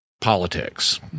politics